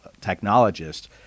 technologists